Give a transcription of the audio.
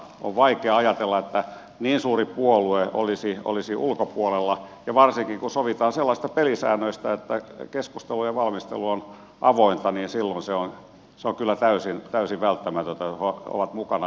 on vaikea ajatella että niin suuri puolue olisi ulkopuolella ja varsinkin kun sovitaan sellaisista pelisäännöistä että keskustelujen valmistelu on avointa niin silloin se on kyllä täysin välttämätöntä että he ovat mukana